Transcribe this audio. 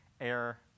air